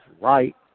right